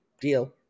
deal